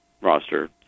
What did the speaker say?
roster